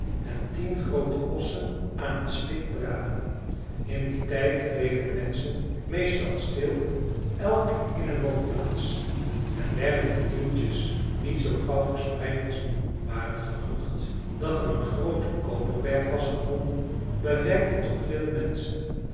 en tien groote ossen aan het spit braden in dien tijd bleven de menschen meestal stil elk in hun woonplaats en werden de nieuwtjes niet zou gauw verspreid als nu maar het gerucht dat er een groote koperberg was gevonden bereikte toch veel menschen